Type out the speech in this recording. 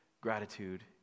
gratitude